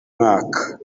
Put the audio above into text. mwaka